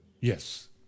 Yes